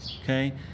Okay